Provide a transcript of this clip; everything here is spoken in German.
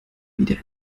wieder